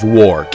war